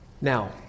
Now